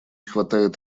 хватает